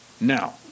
Now